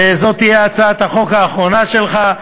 וזאת תהיה הצעת החוק האחרונה שלך.